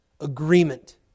agreement